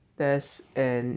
test and